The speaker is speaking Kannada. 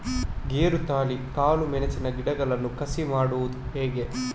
ಗೇರುತಳಿ, ಕಾಳು ಮೆಣಸಿನ ಗಿಡಗಳನ್ನು ಕಸಿ ಮಾಡುವುದು ಹೇಗೆ?